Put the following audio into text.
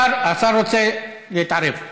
השר רוצה להתערב.